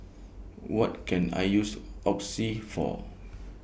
What Can I use Oxy For